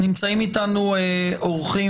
נמצאים איתנו אורחים